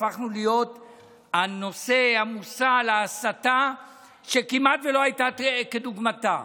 הפכנו להיות הנושא והמושא להסתה שכמעט שלא היה כדוגמתה.